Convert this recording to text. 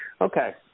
Okay